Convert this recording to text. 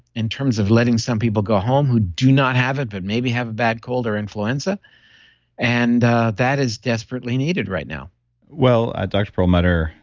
in terms of letting some people go home who do not have it, but maybe have a bad cold or influenza and that is desperately needed right now well, at drperlmutter,